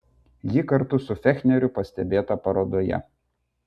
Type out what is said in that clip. ji kartu su fechneriu pastebėta parodoje